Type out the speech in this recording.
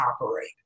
operate